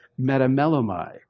metamelomai